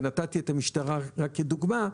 ונתתי את המשטרה כדוגמה,